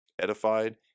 edified